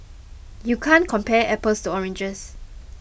you can't compare apples to oranges